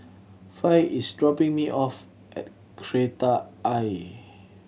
Fay is dropping me off at Kreta Ayer